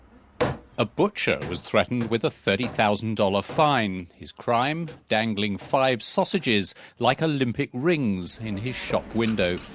a butcher was threatened with a thirty thousand dollars fine. his crime dangling five sausages like olympic rings in his shop window.